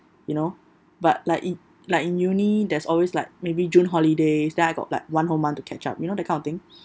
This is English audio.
you know but like i~ like in uni there's always like maybe june holidays then I got like one whole month to catch up you know that kind of thing